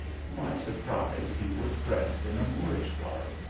to my surprise, he was dressed in a moorish garb,